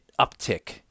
uptick